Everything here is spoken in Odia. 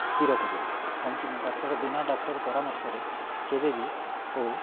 ସ୍ଥିର କରିବେ କାହିଁକିନା ଡାକ୍ଟର ବିନା ଡାକ୍ତର ପରାମର୍ଶରେ କେବେ ବିି କେଉଁ